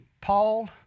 Paul